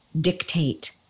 dictate